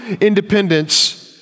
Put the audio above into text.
independence